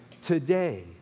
today